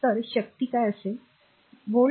तर शक्ती काय असेल